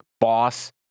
boss